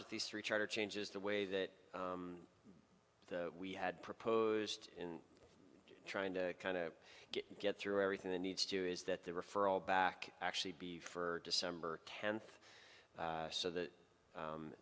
of these three charter changes the way that the we had proposed in trying to kind of get through everything they need to do is that the referral back actually be for december tenth so that